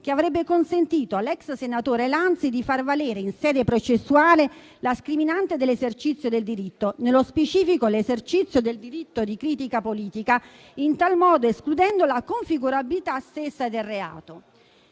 che avrebbe consentito all'ex senatore Lanzi di far valere, in sede processuale, la scriminante dell'esercizio del diritto, nello specifico l'esercizio del diritto di critica politica, in tal modo escludendo la configurabilità stessa del reato.